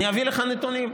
אביא לך נתונים.